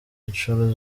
nshuro